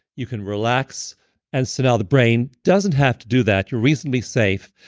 you can relax and so now the brain doesn't have to do that. you're reasonably safe.